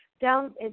Down